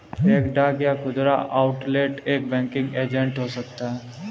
एक डाक या खुदरा आउटलेट एक बैंकिंग एजेंट हो सकता है